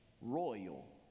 royal